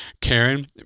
Karen